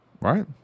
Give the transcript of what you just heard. right